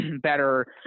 better